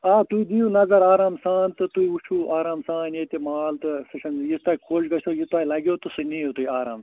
آ تُہۍ دِیُو نظر آرام سان تہٕ تُہۍ وُچھو آرام سان ییٚتہِ مال تہٕ سۄ چھَنہٕ یہِ تۄہہِ خۄش گژھوٕ یہِ تۄہہِ لَگوٕ تہٕ سُہ نِیُو تُہۍ آرام سان